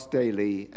daily